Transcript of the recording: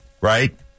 right